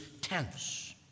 tense